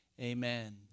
Amen